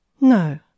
No